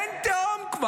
אין כבר תהום.